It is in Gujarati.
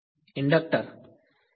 વિધાર્થી ઇન્ડ્ક્ટર